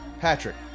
Patrick